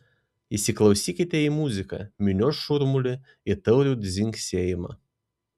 įsiklausykite į muziką minios šurmulį į taurių dzingsėjimą